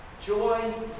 Joy